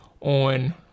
on